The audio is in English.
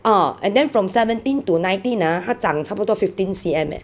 orh and then from seventeen to nineteen 他长差不多 fifteen C_M eh